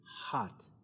hot